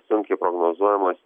sunkiai prognozuojamas